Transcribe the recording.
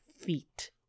feet